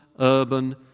urban